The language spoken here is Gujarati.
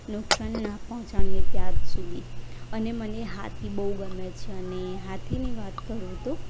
નુકસાન ન પહોંચાડીએ ત્યાર સુધી અને મને હાથી બહુ ગમે છે અને હાથીની વાત કરું તો